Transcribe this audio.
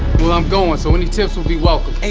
i'm going, and so any tips would be welcome.